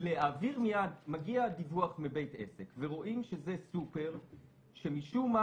להעביר מייד מגיע הדיווח מבית העסק ורואים שזה סופר שמשום מה